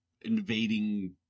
invading